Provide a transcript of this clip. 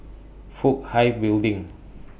Fook Hai Building